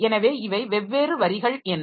எனவே இவை வெவ்வேறு வரிகள் என்றால்